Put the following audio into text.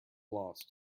lost